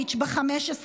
את לא חלק מהממשלה?